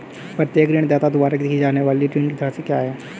प्रत्येक ऋणदाता द्वारा दी जाने वाली ऋण राशि क्या है?